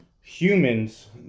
humans